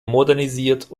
modernisiert